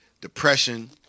depression